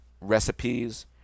recipes